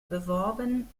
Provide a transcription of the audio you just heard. beworben